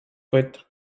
with